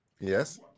Yes